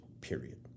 period